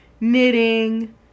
knitting